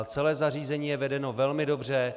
Celé zařízení je vedeno velmi dobře.